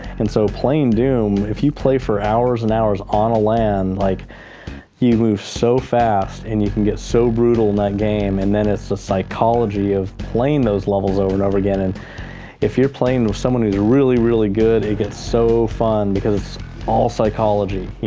and so playing doom, if you play for hours and hours on land, like you move so fast, and you can get so brutal game and then it's the psychology of playing those levels over and over again. and if you're playing with someone who's really, really good it gets so fun, because all psychology, you